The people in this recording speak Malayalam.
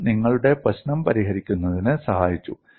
അതും നിങ്ങളുടെ പ്രശ്നം പരിഹരിക്കുന്നതിന് സഹായിച്ചു